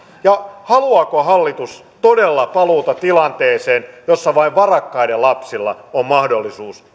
haluaako hallitus todella paluuta tilanteeseen jossa vain varakkaiden lapsilla on mahdollisuus